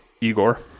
igor